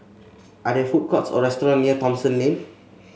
are there food courts or restaurant near Thomson Lane